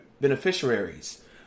beneficiaries